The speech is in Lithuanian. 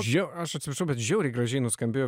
žiau aš atsiprašau bet žiauriai gražiai nuskambėjo